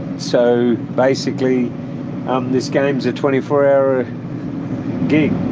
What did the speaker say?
so basically this game's a twenty four hour gig.